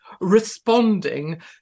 responding